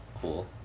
Cool